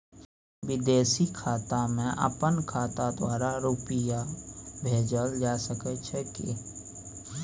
विदेशी खाता में अपन खाता द्वारा रुपिया भेजल जे सके छै की?